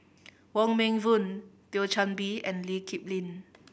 Wong Meng Voon Thio Chan Bee and Lee Kip Lin